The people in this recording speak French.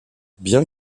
bien